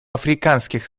африканских